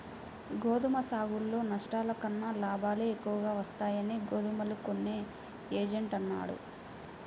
గోధుమ సాగులో నష్టాల కన్నా లాభాలే ఎక్కువగా వస్తాయని గోధుమలు కొనే ఏజెంట్ అన్నాడు